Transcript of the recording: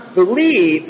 believe